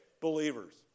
believers